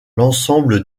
l’ensemble